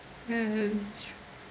mm mm